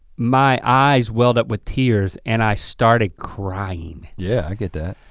my eyes welled up with tears and i started crying. yeah, i get that.